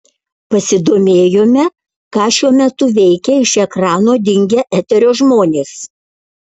pasidomėjome ką šiuo metu veikia iš ekrano dingę eterio žmonės